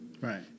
Right